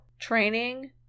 Training